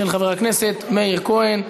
של חבר הכנסת מאיר כהן.